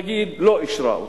נגיד, לא אישרה אותה,